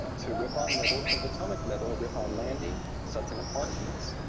to rippon middle from potomac middle, rippon landing, sutton apartments.